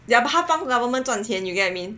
ya but 他帮 government 赚钱 you get what I mean